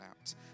out